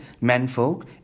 menfolk